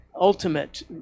ultimate